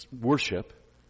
worship